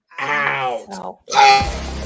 Out